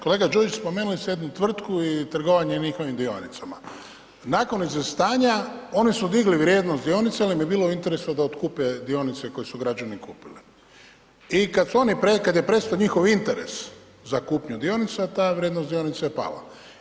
Kolega Đujić spomenuli ste jednu tvrtku i trgovanje njihovim dionicama, nakon izlistanja oni su digli vrijednost dionice jer im je bilo u interesu da otkupe dionice koje su građani kupili i kad je prestao njihov interes za kupnju dionica ta vrijednost dionica je pala.